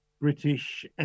British